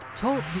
Talk